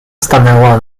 stanęła